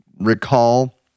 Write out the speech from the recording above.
recall